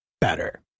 better